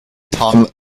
tom